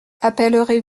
appellerez